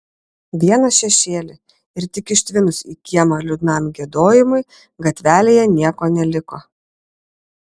vieną šešėlį ir tik ištvinus į kiemą liūdnam giedojimui gatvelėje nieko neliko